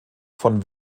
von